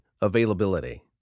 Availability